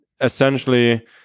essentially